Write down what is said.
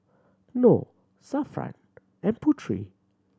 Nor Zafran and Putri